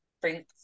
bring